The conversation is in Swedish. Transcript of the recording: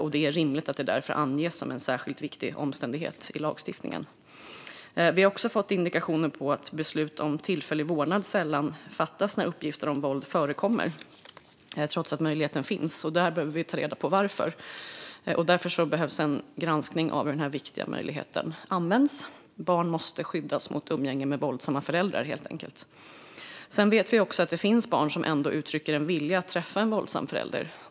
Det är rimligt att det därför anges som en särskilt viktig omständighet i lagstiftningen. Vi har också fått indikationer på att beslut om tillfällig vårdnad sällan fattas när uppgifter om våld förekommer, trots att möjligheten finns. Vi behöver ta reda på varför. Därför behövs det en granskning av hur denna viktiga möjlighet används. Barn måste skyddas mot umgänge med våldsamma föräldrar, helt enkelt. Sedan vet vi att det finns barn som ändå uttrycker en vilja att träffa en våldsam förälder.